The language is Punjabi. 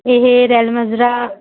ਇਹ ਰੈਲ ਮਾਜਰਾ